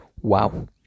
wow